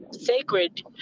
sacred